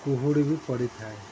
କୁହୁଡ଼ି ବି ପଡ଼ିଥାଏ